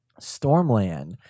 Stormland